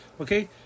Okay